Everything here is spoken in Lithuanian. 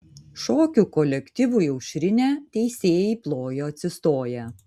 šokių kolektyvui aušrinė teisėjai plojo atsistoję